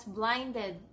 blinded